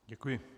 Děkuji.